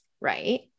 right